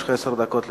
יש לך עשר דקות לנמק.